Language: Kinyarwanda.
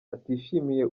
atishimiye